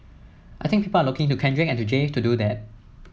I think people are looking to Kendrick and to Jay to do that